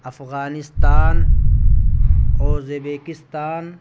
Afghanistan Uzbekistan